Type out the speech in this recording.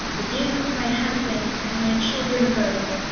the duke, my husband, and my children both,